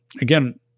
again